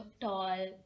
tall